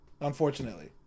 unfortunately